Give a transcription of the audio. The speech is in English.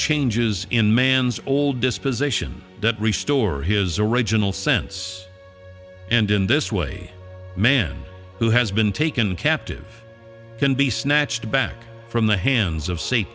changes in man's old disposition that restore his original sense and in this way man who has been taken captive can be snatched back from the hands of s